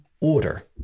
order